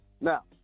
Now